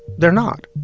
they're not